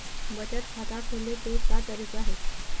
बचत खाता खोले के का तरीका हे?